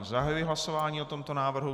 Zahajuji hlasování o tomto návrhu.